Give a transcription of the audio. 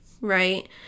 right